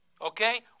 Okay